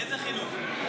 איזה חינוך?